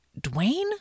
Dwayne